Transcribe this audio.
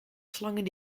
slangen